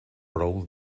prou